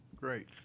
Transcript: Great